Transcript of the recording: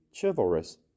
chivalrous